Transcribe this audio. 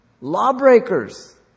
Lawbreakers